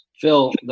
Phil